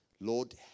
Lord